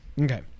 Okay